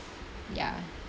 ya